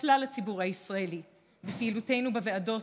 כלל הציבור הישראלי בפעילותנו בוועדות,